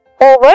over